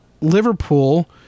liverpool